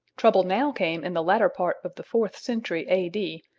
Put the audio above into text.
trouble now came in the latter part of the fourth century a d,